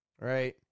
right